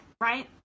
right